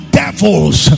devils